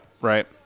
Right